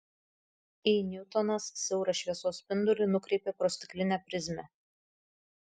i niutonas siaurą šviesos spindulį nukreipė pro stiklinę prizmę